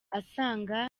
asanga